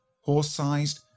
horse-sized